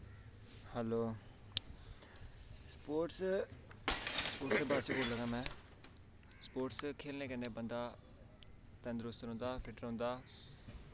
hello sports sports दे बारे च बोला दा में स्पोटस खेलने कन्नै बंदा तंदरुस्त रौंह्दा फिट्ट रौंह्दा